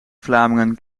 vlamingen